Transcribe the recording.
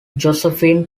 josephine